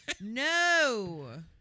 no